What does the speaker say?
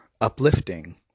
uplifting